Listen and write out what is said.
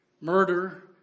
murder